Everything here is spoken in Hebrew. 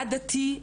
עדתי,